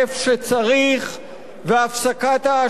והפסקת ההשקעה במה שלא צריך,